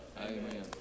Amen